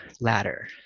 ladder